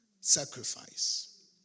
Sacrifice